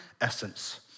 essence